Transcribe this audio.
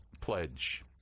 pledge